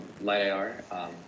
LightIR